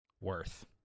Worth